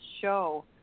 show